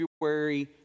February